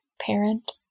parent